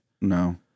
No